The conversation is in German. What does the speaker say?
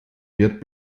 wird